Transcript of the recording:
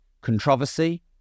controversy